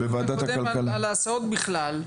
בדיון הקודם על ההסעות בכלל,